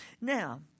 Now